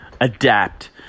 adapt